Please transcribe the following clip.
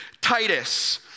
Titus